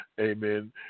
amen